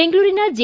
ಬೆಂಗಳೂರಿನ ಜೆ